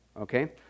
Okay